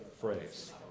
phrase